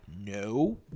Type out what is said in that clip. No